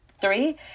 Three